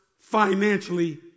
financially